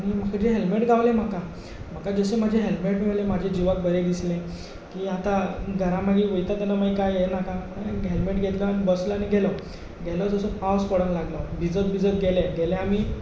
म्हाजें हेलमेट गावलें म्हाका म्हाका जशें म्हजें हेलमेट गावलें म्हज्या जिवाक बरें दिसलें की आतां घरा मागीर वयता तेन्ना कांय हें नाका की हेलमेट घेतलो आनी बसलो आनी गेलो गेलो तसो पावस पडोंक लागलो भिजत भिजत गेले गेले आमी